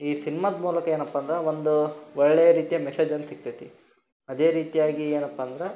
ಈ ಸಿನ್ಮಾದ ಮೂಲಕ ಏನಪ್ಪ ಅಂದ್ರೆ ಒಂದು ಒಳ್ಳೆಯ ರೀತಿಯ ಮೆಸೇಜನ್ನು ಸಿಕ್ತದೆ ಅದೇ ರೀತಿಯಾಗಿ ಏನಪ್ಪ ಅಂದ್ರೆ